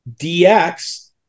DX